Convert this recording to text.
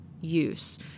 use